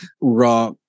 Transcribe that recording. Raw